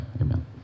Amen